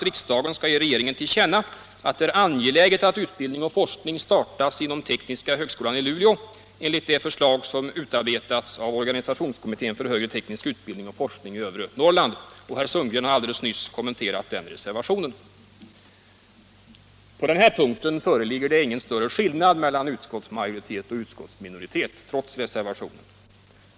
riksdagen skall ge regeringen till känna att det är angeläget att utbildning och forskning startas vid tekniska högskolan i Luleå enligt det förslag som utarbetats av organisationskommittén för högre teknisk utbildning och forskning i övre Norrland. Herr Sundgren har nyss kommenterat den reservationen. På den här punkten föreligger ingen större skillnad mellan utskottsmajoritet och utskottsminoritet trots reservationen.